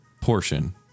portion